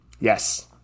Yes